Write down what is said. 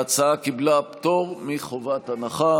ההצעה קיבלה פטור מחובת הנחה.